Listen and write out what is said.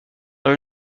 dans